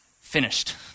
finished